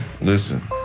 Listen